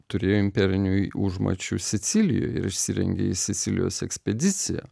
turėjo imperinių užmačių sicilijoje ir išsirengė jį sicilijos ekspediciją